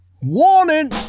Warning